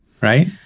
right